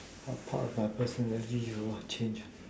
what part of personality you want to change